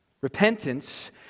Repentance